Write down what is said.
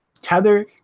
Tether